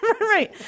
right